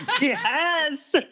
Yes